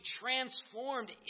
transformed